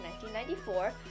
1994